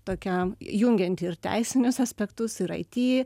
tokia jungianti ir teisinius aspektus ir it